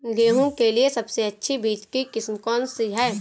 गेहूँ के लिए सबसे अच्छी बीज की किस्म कौनसी है?